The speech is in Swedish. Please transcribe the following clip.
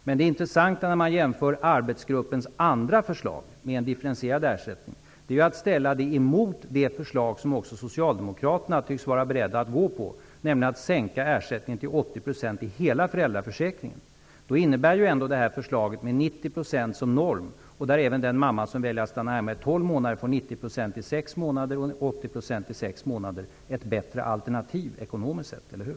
Men det intressanta, om man ser på arbetsgruppens andra förslag om en differentierad ersättning, är att ställa detta mot det förslag som också Socialdemokraterna tycks vara beredda att acceptera, nämligen en sänkning av ersättning till 80 % i hela föräldraförsäkringen. Då innebär ju ändå förslaget med 90 % såsom norm och där även den mamma som väljer att stanna hemma i tolv månader får 90 % i sex månader och 80 % i sex månader ett bättre alternativ ekonomiskt sett -- eller hur?